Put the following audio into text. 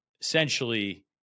essentially